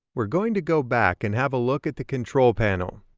we're going to go back and have a look at the control panel,